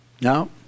No